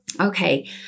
Okay